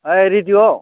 ओइ रेडिय'आव